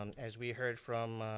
um as we heard from